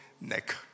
neck